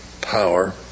power